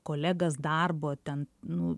kolegas darbo ten nu